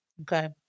Okay